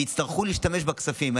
ויצטרכו להשתמש בכספים.